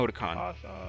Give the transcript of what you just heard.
Awesome